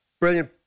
Brilliant